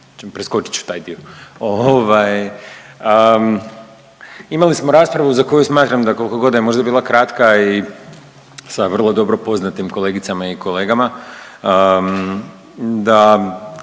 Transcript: Imali smo raspravu za koju smatram da koliko god da je možda bila kratka i sa vrlo dobro poznatim kolegicama i kolegama